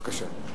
בבקשה.